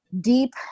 deep